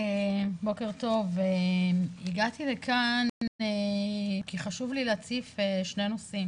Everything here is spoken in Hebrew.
בוקר טוב, הגעתי לכאן כי חשוב לי להציף שני נושאים